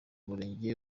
imirenge